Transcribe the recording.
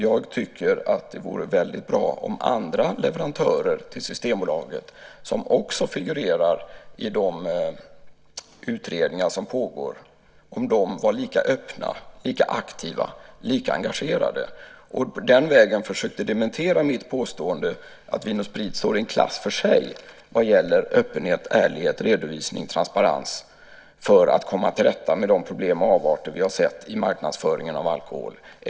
Jag tycker att det vore väldigt bra om andra leverantörer till Systembolaget, som också figurerar i de utredningar som pågår, var lika öppna, lika aktiva och lika engagerade, och den vägen försökte dementera mitt påstående att Vin & Sprit står i en klass för sig vad gäller öppenhet, ärlighet, redovisning, transparens för att komma till rätta med de problem med avarter som vi har sett i marknadsföringen av alkohol.